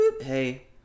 hey